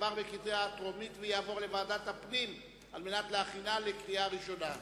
עברה בקריאה טרומית ותעבור לוועדת הפנים על מנת להכינה לקריאה ראשונה.